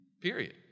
Period